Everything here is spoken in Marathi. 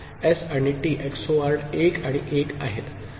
एस आणि टी एक्सोरेड 1 आणि 1 आहेत